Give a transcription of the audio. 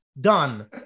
done